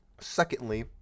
Secondly